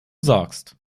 sagst